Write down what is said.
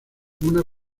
una